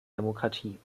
demokratie